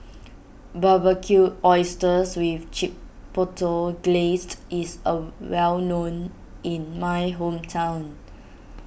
Barbecued Oysters with Chipotle Glaze is a well known in my hometown